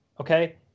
okay